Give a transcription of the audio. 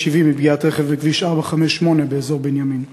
70 מפגיעת רכב בכביש 458 באזור בנימין,